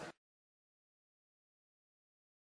(הישיבה